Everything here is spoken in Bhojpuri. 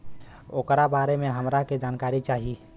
ओकरा बारे मे हमरा के जानकारी चाही?